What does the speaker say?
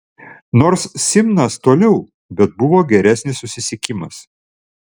nors simnas toliau bet buvo geresnis susisiekimas